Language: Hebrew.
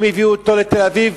אם הביאו אותו לתל-אביב,